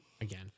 again